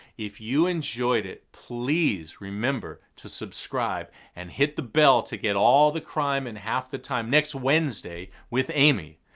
if you enjoyed it, please remember to subscribe and hit the bell to get all the crime in and half the time next wednesday with amy.